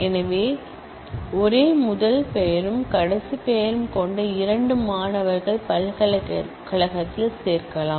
எனவே இல்லை ஒரே முதல் பெயரும் கடைசி பெயரும் கொண்ட இரண்டு மாணவர்களை பல்கலைக்கழகத்தில் சேர்க்கலாம்